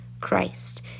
Christ